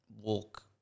walk